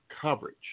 coverage